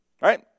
Right